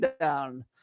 down